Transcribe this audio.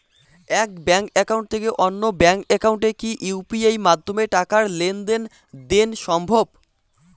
এক bank account থেকে অন্য ব্যাংক একাউন্টে কি ইউ.পি.আই মাধ্যমে টাকার লেনদেন দেন সম্ভব?